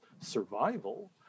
survival